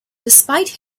despite